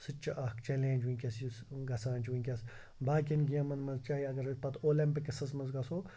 سُہ تہِ چھُ اَکھ چَلینٛج وٕنکٮ۪س یُس گژھان چھُ وٕنکٮ۪س باقیَن گیمَن منٛز چاہے اَگر أسۍ پَتہٕ اولمپِکٕسَس منٛز گَژھو